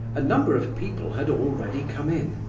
a number of people had already come in,